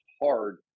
hard